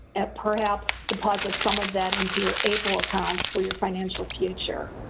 and perhaps deposit some of that into your able accounts for your financial future.